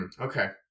Okay